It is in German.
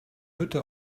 hütte